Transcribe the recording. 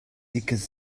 dickes